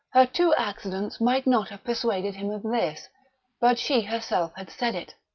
her two accidents might not have persuaded him of this but she herself had said it.